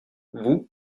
vous